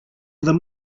them